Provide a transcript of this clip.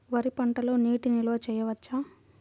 వరి పంటలో నీటి నిల్వ చేయవచ్చా?